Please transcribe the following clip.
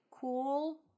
cool